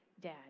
dad